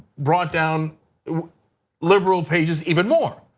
brought down liberal pages even more.